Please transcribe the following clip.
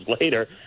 later